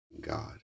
God